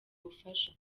ubufasha